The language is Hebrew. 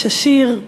איש עשיר,